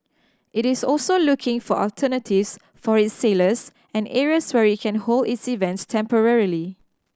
it is also looking for alternatives for its sailors and areas where it can hold its events temporarily